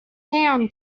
town